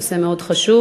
נושא מאוד חשוב.